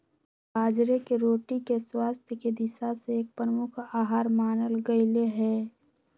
बाजरे के रोटी के स्वास्थ्य के दिशा से एक प्रमुख आहार मानल गयले है